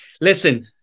listen